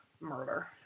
murder